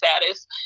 status